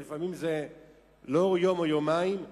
ולפעמים זה לא יום או יומיים,